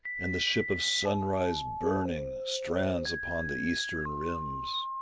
and the ship of sunrise burning strands upon the eastern rims.